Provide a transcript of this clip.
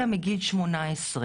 אלא מגיל 18,